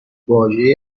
واژه